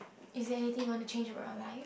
is there anything you want to change about your life